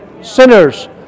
sinners